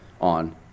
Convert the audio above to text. on